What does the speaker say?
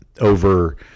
over